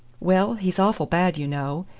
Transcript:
well, he's awful bad, you know,